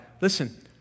Listen